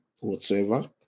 whatsoever